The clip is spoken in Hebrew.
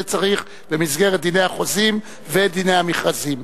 צריך להיות במסגרת דיני החוזים ודיני המכרזים.